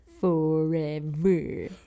Forever